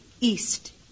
east